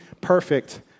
perfect